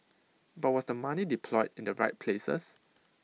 but was the money deployed in the right places